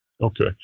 Okay